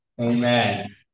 Amen